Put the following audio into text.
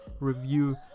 review